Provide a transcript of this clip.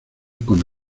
con